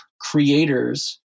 creators